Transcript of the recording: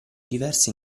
diverse